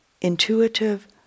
intuitive